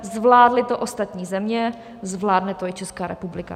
Zvládly to ostatní země, zvládne to i Česká republika.